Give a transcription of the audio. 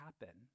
happen